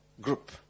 group